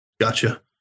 Gotcha